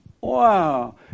Wow